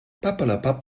papperlapapp